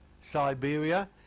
Siberia